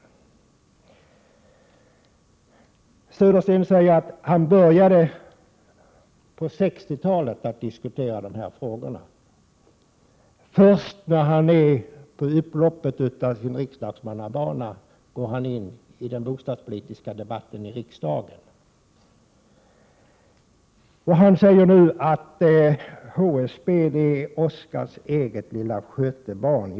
Bo Södersten säger att han började på 60-talet att diskutera de här frågorna. Först när han är på upploppet av sin riksdagsmannabana går han in i den bostadspolitiska debatten i riksdagen. Han säger nu att HSB är Oskars eget lilla skötebarn.